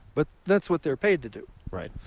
but that's what they're paid to do. right.